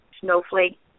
snowflake